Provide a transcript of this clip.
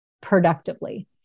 productively